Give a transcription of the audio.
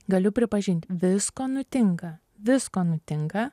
galiu pripažint visko nutinka visko nutinka